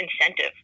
incentive